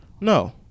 no